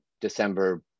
December